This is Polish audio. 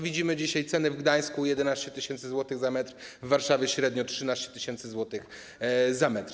Widzimy dzisiaj ceny w Gdańsku - 11 tys. zł za metr, w Warszawie - średnio 13 tys. zł za metr.